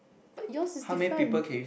but yours is different